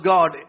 God